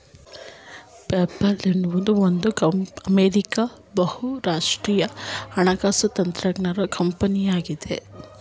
PayPal ಎನ್ನುವುದು ಒಂದು American ಬಹುರಾಷ್ಟ್ರೀಯ ಹಣಕಾಸು ತಂತ್ರಜ್ಞಾನ ಕಂಪನಿಯಾಗಿದೆ